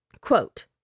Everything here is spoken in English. Quote